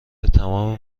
تمام